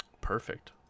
Perfect